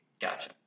Gotcha